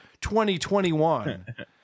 2021